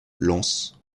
lances